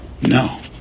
No